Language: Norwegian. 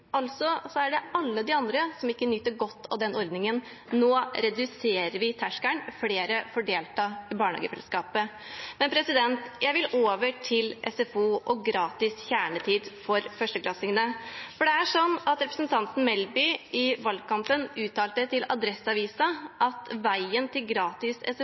som ikke nyter godt av denne ordningen. Nå reduserer vi terskelen, og flere får delta i barnehagefellesskapet. Jeg vil over til SFO og gratis kjernetid for førsteklassingene, for representanten Melby uttalte i valgkampen til Adresseavisen at veien til gratis